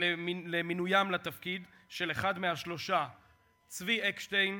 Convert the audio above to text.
למינוים של צבי אקשטיין,